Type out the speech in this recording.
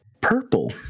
purple